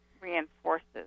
reinforces